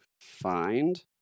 find